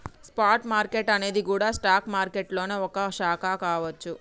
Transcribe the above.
spot market అనేది గూడా stock మారికెట్టులోనే ఒక శాఖ కావచ్చు